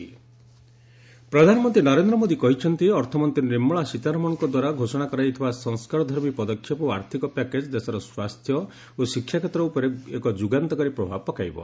economic package ପ୍ରଧାନମନ୍ତ୍ରୀ ନରେନ୍ଦ୍ର ମୋଦି କହିଛନ୍ତି ଅର୍ଥମନ୍ତ୍ରୀ ନିର୍ମଳା ସୀତାରମଣଙ୍କଦ୍ୱାରା ଘୋଷଣା କରାଯାଇଥିବା ସଂସ୍କାରଧର୍ମୀ ପଦକ୍ଷେପ ଓ ଆର୍ଥିକ ପ୍ୟାକେଜ୍ ଦେଶର ସ୍ୱାସ୍ଥ୍ୟ ଓ ଶିକ୍ଷା କ୍ଷେତ୍ର ଉପରେ ଏକ ଯୁଗାନ୍ତକାରୀ ପ୍ରଭାବ ପକାଇବ